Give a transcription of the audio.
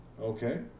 Okay